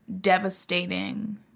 devastating